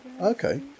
Okay